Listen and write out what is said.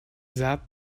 that